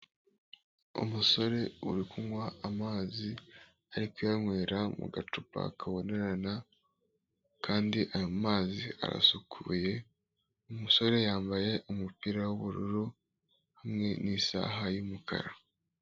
Umusore uri kunywa amazi arikuyanywera mu gacupa kabonerana, kandi aya mazi arasukuye umusore yambaye umupira w'ubururu hamwe nisaha y'umukara.